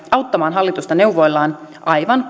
auttamaan hallitusta neuvoillaan aivan